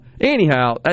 Anyhow